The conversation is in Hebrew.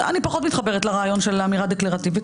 אני פחות מתחברת לרעיון של אמירה דקלרטיבית,